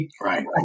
Right